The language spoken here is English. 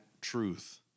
truth